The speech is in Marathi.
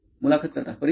मुलाखत कर्ता परीक्षेत